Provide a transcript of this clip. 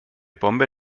bombe